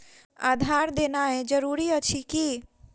आधार देनाय जरूरी अछि की?